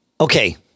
Okay